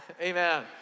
Amen